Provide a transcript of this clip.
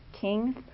kings